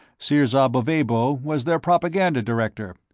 sirzob of abo was their propaganda director.